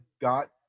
got